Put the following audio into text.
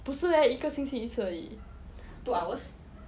不是 leh 一个星期一次而已